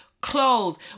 clothes